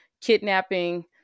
kidnapping